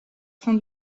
fin